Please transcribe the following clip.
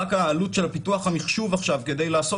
רק העלות של פיתוח המחשוב עכשיו כדי לעשות